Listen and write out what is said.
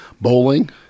bowling